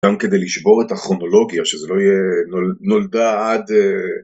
גם כדי לשבור את הכרונולוגיה שזה לא יהיה נולדה עד...